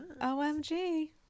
OMG